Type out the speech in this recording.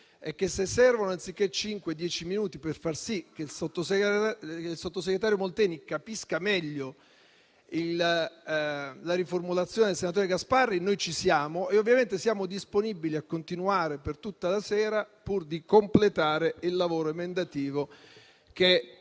dieci minuti anziché cinque per far sì che il sottosegretario Molteni capisca meglio la riformulazione del senatore Gasparri, noi ci siamo e ovviamente siamo disponibili a continuare per tutta la sera, pur di completare il lavoro emendativo,